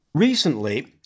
Recently